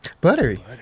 Buttery